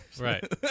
Right